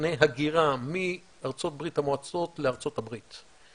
מפני הגירה מארצות ברית המועצות לארצות הברית.